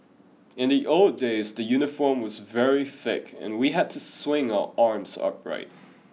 in the old days the uniform was very thick and we had to swing our arms upright